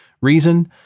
reason